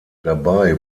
dabei